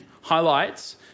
highlights